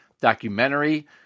documentary